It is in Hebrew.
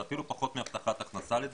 זה אפילו פחות מהבטחת הכנסה, לדעתי,